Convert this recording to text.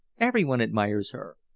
everyone admires her.